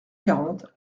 quarante